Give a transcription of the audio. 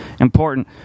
important